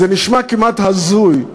זה נשמע כמעט הזוי,